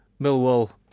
Millwall